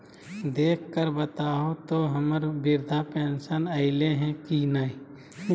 देख कर बताहो तो, हम्मर बृद्धा पेंसन आयले है की नय?